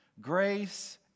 grace